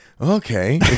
okay